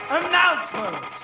announcement